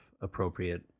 appropriate